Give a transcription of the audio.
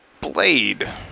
Blade